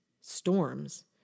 storms